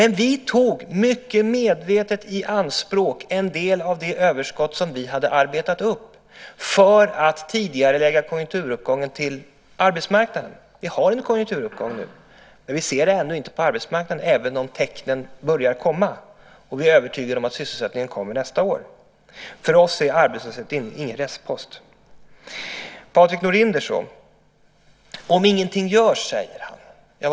Vi tog mycket medvetet i anspråk en del av det överskott som vi hade arbetat upp för att tidigarelägga konjunkturuppgången på arbetsmarknaden. Vi har en konjunkturuppgång nu, men vi ser den ännu inte på arbetsmarknaden även om tecknen börjar komma. Vi är övertygade om att sysselsättningen kommer nästa år. För oss är arbetslösheten ingen restpost. Om ingenting görs, säger Patrik Norinder.